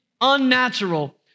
unnatural